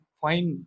fine